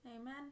Amen